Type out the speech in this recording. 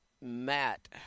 Matt